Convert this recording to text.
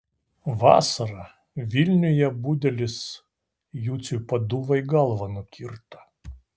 vasarą vilniuje budelis juciui paduvai galvą nukirto